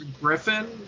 Griffin